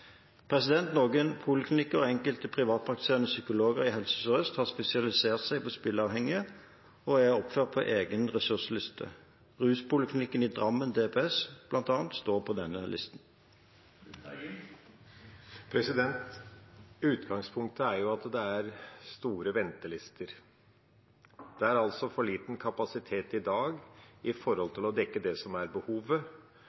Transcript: Noen poliklinikker og enkelte privatpraktiserende psykologer i Helse Sør-Øst har spesialisert seg på spilleavhengige og er oppført på egen ressursliste, og bl.a. ruspoliklinikken ved Drammen DPS står på denne listen. Utgangspunktet er jo at det er lange ventelister. Det er altså for liten kapasitet i dag